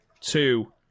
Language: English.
two